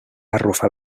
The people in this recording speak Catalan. arrufar